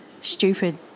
stupid